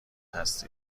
هستی